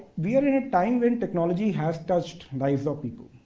we are in a time when technology has touched lives of people.